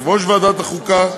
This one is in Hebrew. יושב-ראש ועדת החוקה,